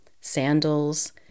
sandals